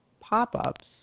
pop-ups